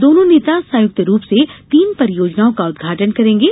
दोनों नेता संयुक्त रूप से तीन परियोजनाओं का उद्घाटन करेंगे